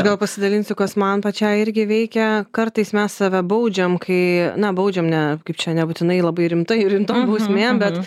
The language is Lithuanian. gal pasidalinsiu kas man pačiai irgi veikia kartais mes save baudžiam kai na baudžiam ne kaip čia nebūtinai labai rimtai rimtom bausmėm bet